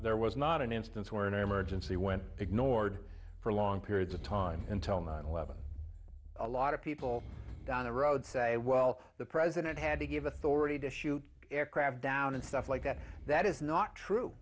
there was not an instance where an emergency went ignored for long periods of time until nine eleven a lot of people down the road say well the president had to give authority to shoot aircraft down and stuff like that that is not